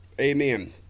Amen